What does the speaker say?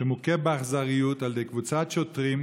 מוכה באכזריות על ידי קבוצת שוטרים,